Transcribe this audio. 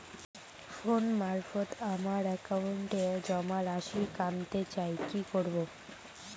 Phone মারফত আমার একাউন্টে জমা রাশি কান্তে চাই কি করবো?